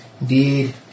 Indeed